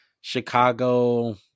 Chicago